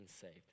saved